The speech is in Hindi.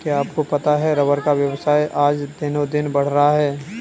क्या आपको पता है रबर का व्यवसाय आज दिनोंदिन बढ़ रहा है?